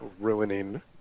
ruining